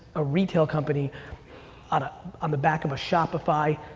a retail company on ah on the back of a shopify,